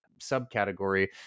subcategory